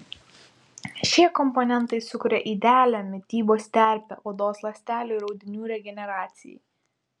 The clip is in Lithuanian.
šie komponentai sukuria idealią mitybos terpę odos ląstelių ir audinių regeneracijai